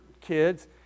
kids